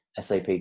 SAP